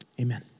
Amen